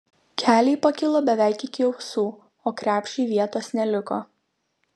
keliai pakilo beveik iki ausų o krepšiui vietos neliko